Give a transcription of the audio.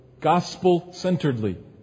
gospel-centeredly